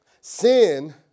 sin